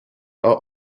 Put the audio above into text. are